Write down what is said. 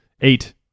eight